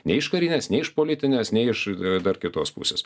nei iš karinės nei iš politinės nei iš dar kitos pusės